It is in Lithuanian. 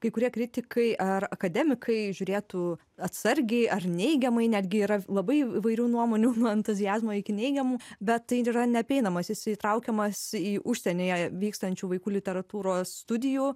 kai kurie kritikai ar akademikai žiūrėtų atsargiai ar neigiamai netgi yra labai įvairių nuomonių nuo entuziazmo iki neigiamų bet tai yra neapeinamas jisai įtraukiamas į užsienyje vykstančių vaikų literatūros studijų